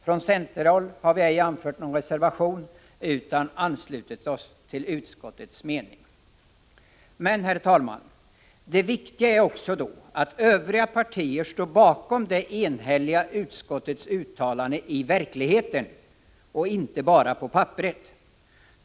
Från centerhåll har vi inte anfört någon reservation utan anslutit oss till utskottets mening. Men, herr talman, det viktiga är då att också övriga partier står bakom utskottets enhälliga uttalande i verkligheten och inte bara på papperet.